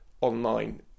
online